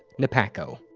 nepacco.